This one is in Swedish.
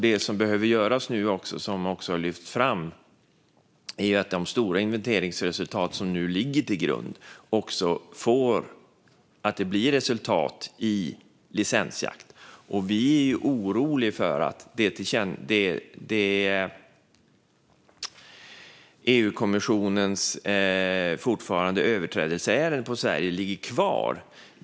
Det som behöver göras nu, som också lyfts fram, är att se till att de stora inventeringsresultat som nu ligger till grund får resultat i form av licensjakt. Vi är oroliga för att EU-kommissionens överträdelseärende mot Sverige fortfarande ligger kvar.